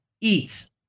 eats